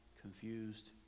confused